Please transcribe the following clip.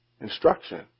instruction